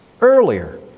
Earlier